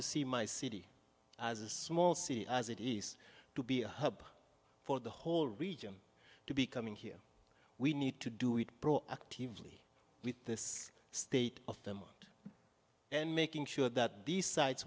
to see my city as a small city as it is to be a hub for the whole region to be coming here we need to do it brought actively with this state of them and making sure that